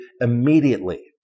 immediately